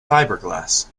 fiberglass